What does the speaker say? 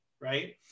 right